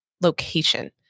location